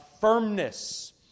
firmness